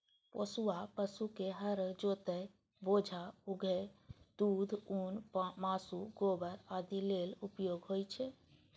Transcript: पोसुआ पशु के हर जोतय, बोझा उघै, दूध, ऊन, मासु, गोबर आदि लेल उपयोग होइ छै